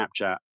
Snapchat